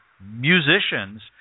musicians